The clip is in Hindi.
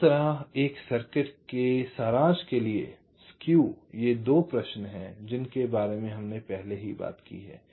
तो इस तरह एक सर्किट के लिए सारांश के लिए स्केव ये 2 प्रश्न हैं जिनके बारे में हमने पहले ही बात की है